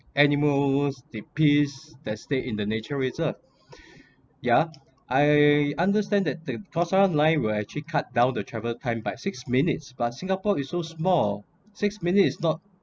animal the species that stay in the nature reserved yeah I understand that the cross line will actually cut down the travel time by six minutes but singapore is so small six minutes is not